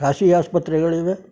ಖಾಸಗಿ ಆಸ್ಪತ್ರೆಗಳಿವೆ